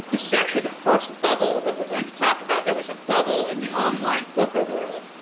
this is actually the first bubble that we're going to talk about. there was a bubble in the online poker world.